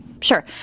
Sure